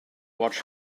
watch